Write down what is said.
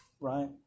right